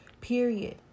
period